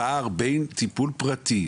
הפער בין טיפול פרטי,